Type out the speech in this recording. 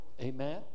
Amen